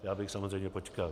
Já bych samozřejmě počkal.